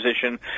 position